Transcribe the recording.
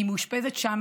והיא מאושפזת שם